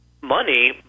money